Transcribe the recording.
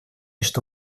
что